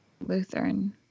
Lutheran